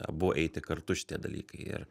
abu eiti kartu šitie dalykai ir